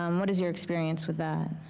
um what is your experience with that?